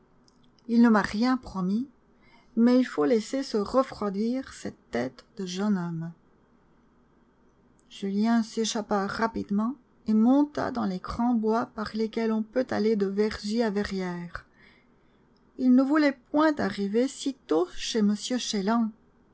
il ne m'a rien promis mais il faut laisser se refroidir cette tête de jeune homme julien s'échappa rapidement et monta dans les grands bois par lesquels on peut aller de vergy à verrières il ne voulait point arriver sitôt chez